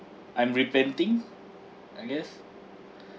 I'm repenting I guess